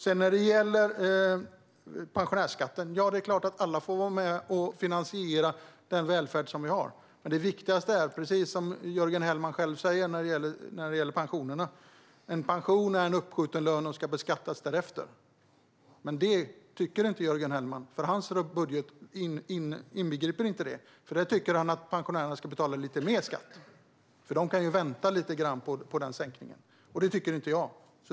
Sedan har vi detta med pensionärsskatten. Det är klart att alla får vara med och finansiera den välfärd som vi har. Men det viktigaste, precis som Jörgen Hellman säger, är att en pension är uppskjuten lön och ska beskattas därefter. Men det tycker inte Jörgen Hellman, för hans budget inbegriper inte det. Där vill han att pensionärerna ska betala lite mer i skatt och att de ska vänta på sänkningen. Det tycker inte jag.